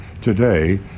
Today